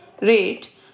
rate